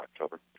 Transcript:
October